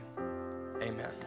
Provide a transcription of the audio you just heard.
amen